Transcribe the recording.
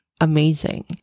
amazing